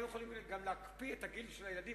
היו יכולים גם להקפיא את הגיל של הילדים,